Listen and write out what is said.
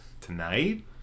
tonight